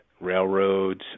railroads